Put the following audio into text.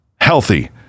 healthy